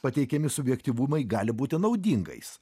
pateikiami subjektyvumai gali būti naudingais